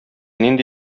нинди